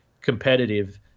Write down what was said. competitive